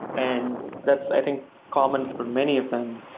and that's i think common for many of them.